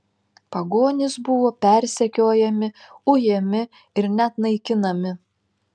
pagonys buvo persekiojami ujami ir net naikinami